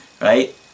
right